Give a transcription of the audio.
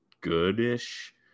good-ish